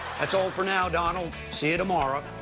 that's all for now, donald. see ya tomorrow.